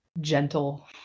gentle